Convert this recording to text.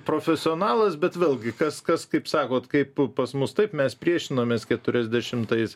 profesionalas bet vėlgi kas kas kaip sakot kaip pas mus taip mes priešinomės keturiasdešimtais